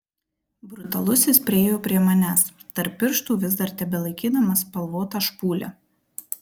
brutalusis priėjo prie manęs tarp pirštų vis dar tebelaikydamas spalvotą špūlę